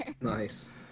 nice